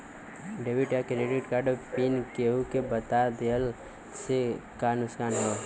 Debit या credit card PIN केहूके बता दिहला से का नुकसान ह?